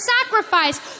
sacrifice